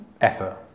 effort